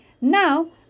Now